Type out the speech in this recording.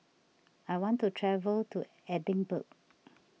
I want to travel to Edinburgh